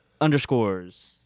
underscores